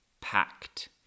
Packed